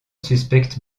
suspecte